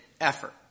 effort